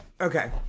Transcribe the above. Okay